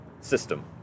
system